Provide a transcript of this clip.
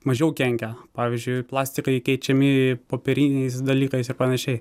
mažiau kenkia pavyzdžiui plastikai keičiami popieriniais dalykais ir panašiai